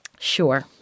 Sure